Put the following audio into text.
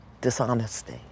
dishonesty